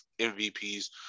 mvps